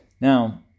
Now